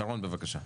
שרון בבקשה.